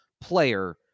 player